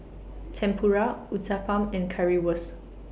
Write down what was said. Tempura Uthapam and Currywurst